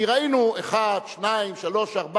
כי ראינו 1, 2, 3, 4,